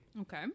Okay